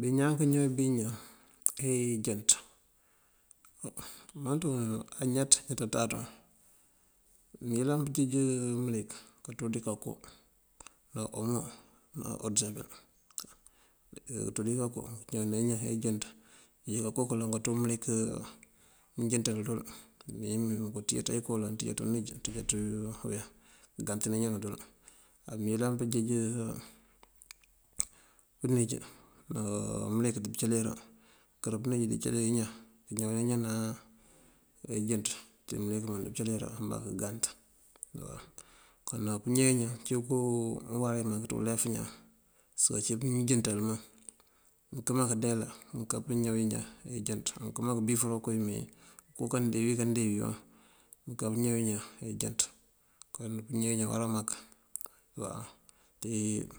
Bí ñaan kañaw bí iñan te ijënţ añaţ ñaţataţum. Mëyëlan mënţíj mëlik kaţú dí kanko ná omo ná odësabel, kaţú dí kanko kañawëna iñan ejënţ. Kënjeej kanko kaloŋ kaţú mëlik mëjënţal dul mímeemí mënko teeţan inko teeţan unij gantëna iñanu dul. Á mëyëlan kanjeej unij dí mëlik dëcëlir, kar unij kacëli iñan áa ijënţ dí mëlik mandëcëlir ambá këgant waw. Kon nak ñeño cúun koo wará wí mak ţí ulef ñaan. Pasëk ací mëjënţal mom, amëkëma kandeela mënká kañaw iñan ejënţ. Mëkëma kabifara koo yímeeyí koo kandee wí këndee mom, mënká kañaw iñan ejënţ. Kon puñeño awará mak. Te